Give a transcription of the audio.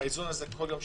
האיזון הזה של הפעולות.